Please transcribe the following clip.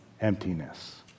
emptiness